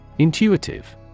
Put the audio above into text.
Intuitive